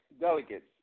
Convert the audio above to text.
delegates